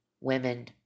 women